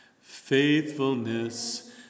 Faithfulness